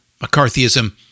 McCarthyism